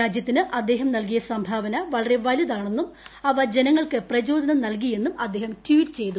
രാജ്യത്തിന് അദ്ദേഹം നൽകിയ സംഭാവന വളരെ വലുതാണെന്നും അവ ജനങ്ങൾക്ക് പ്രചോദനം നൽകി എന്നും അദ്ദേഹം ട്വീറ്റ് ചെയ്തു